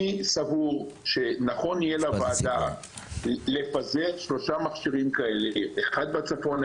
אני סבור שנכון יהיה לוועדה לפזר שלושה מכשירים כאלה: אחד בצפון,